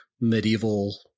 medieval